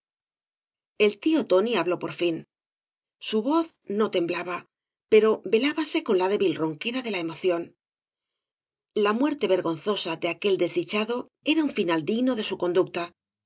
el tío tóaí habló por fia su voz no temblaba pero velábase con la débil ronquera de la amoción la muerte vergonzosa de aquel desdichado era un final digno de su conducta